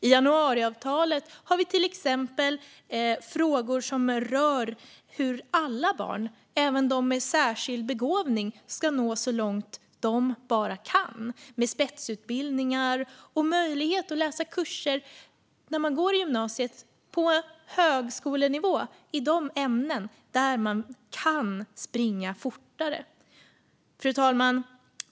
I januariavtalet har vi till exempel frågor som rör hur alla barn, även de med särskild begåvning, ska nå så långt de bara kan, med spetsutbildningar och möjlighet att på gymnasiet läsa kurser på högskolenivå i de ämnen där man kan gå fortare fram. Fru talman!